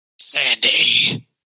Sandy